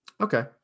Okay